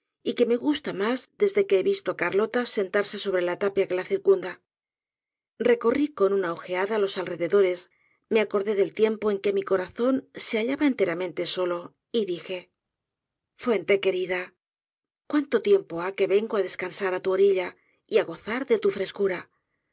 y que me gusta mas desde que he visto á carlota sentarse sobre la tapia que la circunda recorrí con una ojeada los alrededores me acordé del tiempo en que mi corazón se hallaba enteramentftsolo y dije fuentequerida cuánto tiempo ha que vengo á descansar á tu orilla y á gozar de tu frescura